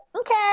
okay